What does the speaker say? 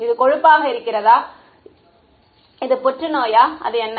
இது கொழுப்பாக இருக்கிறதா இது புற்றுநோயா அது என்ன